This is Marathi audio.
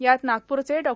यात नागप्रचे डॉ